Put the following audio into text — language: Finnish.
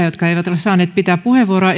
jotka eivät ole saaneet pitää puheenvuoroa